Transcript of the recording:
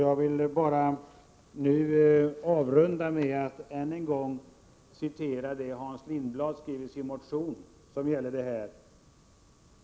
Jag vill därför bara avrunda med att än en gång citera det som Hans Lindblad skrev om detta i sin motion.